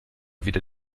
wieder